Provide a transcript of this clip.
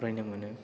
फरायनो मोनो